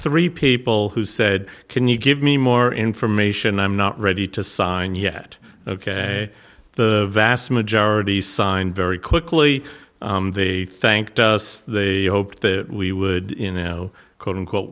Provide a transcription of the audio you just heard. three people who said can you give me more information i'm not ready to sign yet ok the vast majority signed very quickly they thanked us they hoped the we would you know quote unquote